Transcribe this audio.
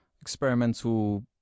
experimental